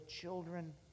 children